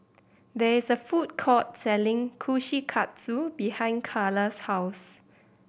there is a food court selling Kushikatsu behind Karla's house